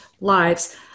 lives